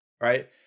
right